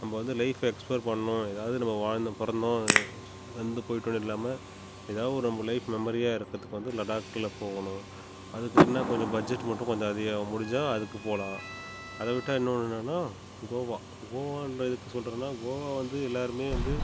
நம்ம வந்து லைஃப்பை எக்ஸ்ப்ளோர் பண்ணணும் ஏதாவது நாம வாழ்ந்தோம் பிறந்தோம் இறந்து போயிவிட்டோம்ன்னு இல்லாமல் ஏதாவது ஒரு நம்ம லைஃப்பை மெமரியாக இருக்கிறதுக்கு வந்து லடாக்கில் போகணும் அதுக்கு என்ன கொஞ்சம் பட்ஜெட் மட்டும் கொஞ்சம் அதிகமாகும் முடிஞ்சால் அதுக்கு போகலாம் அதை விட்டால் இன்னொன்று என்னெனா கோவா கோவான்னு எதுக்கு சொல்கிறேன்னா கோவா வந்து எல்லாேருமே வந்து